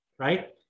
Right